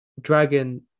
dragon